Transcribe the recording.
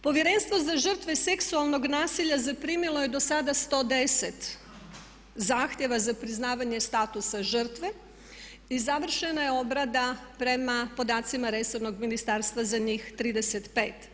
Povjerenstvo za žrtve seksualnog nasilja zaprimilo je dosada 110 zahtjeva za priznavanje statusa žrtve i završena je obrada prema podacima resornog ministarstva za njih 35.